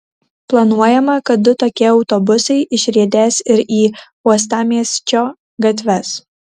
planuojama kad du tokie autobusai išriedės ir į uostamiesčio gatves